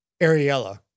Ariella